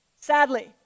sadly